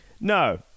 No